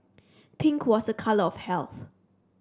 pink was a colour of health